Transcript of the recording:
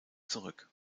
zurück